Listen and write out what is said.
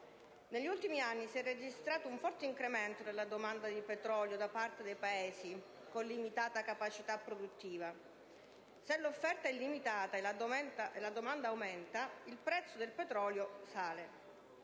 Negli ultimi anni si è registrato un forte incremento della domanda di petrolio da parte dei Paesi con limitata capacità produttiva. Se l'offerta è limitata e la domanda aumenta il prezzo del petrolio sale.